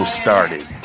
started